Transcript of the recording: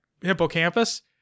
Hippocampus